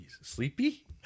sleepy